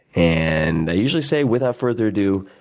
and i usually say without further ado,